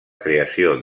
creació